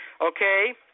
Okay